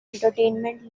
entertainment